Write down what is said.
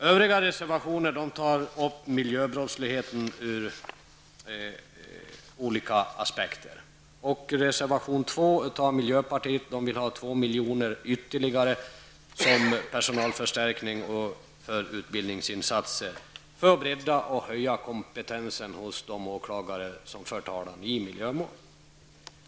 Övriga reservationer tar upp miljöbrottsligheten ur olika aspekter. I reservation 2, som har avgivits av miljöpartiet, vill man ha ytterligare 2 milj.kr. för personalförstärkning och utbildningsinsatser i syfte att bredda och höja kompetensen hos de åklagare som för talan i miljömål.